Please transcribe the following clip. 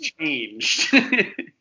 changed